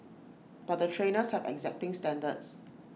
but the trainers have exacting standards